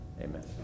Amen